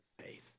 faith